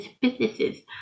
businesses